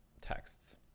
texts